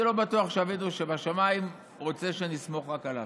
אני לא בטוח שאבינו שבשמיים רוצה שנסמוך רק עליו,